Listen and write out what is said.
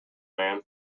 man